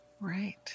Right